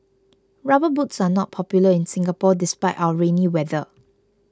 rubber boots are not popular in Singapore despite our rainy weather